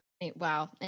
Wow